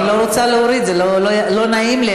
אני לא רוצה להוריד, זה לא נעים לי.